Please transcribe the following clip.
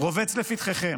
רובץ לפתחכם.